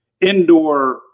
indoor